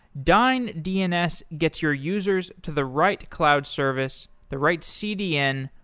dyn dns gets your users to the right cloud service, the right cdn,